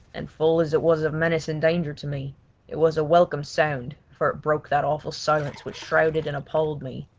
and full as it was of menace and danger to me it was a welcome sound for it broke that awful silence which shrouded and appalled me.